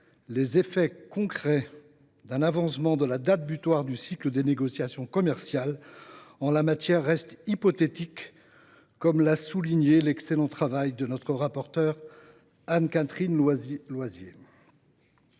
les effets concrets d’un avancement de la date butoir du cycle des négociations commerciales restent hypothétiques, comme l’a souligné l’excellent travail de notre rapporteure Anne Catherine Loisier.